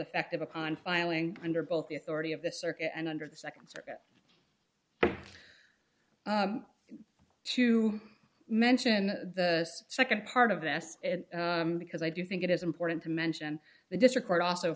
effective upon filing under both the authority of the circuit and under the nd circuit to mention the nd part of this because i do think it is important to mention the district court also